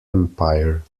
empire